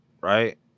Right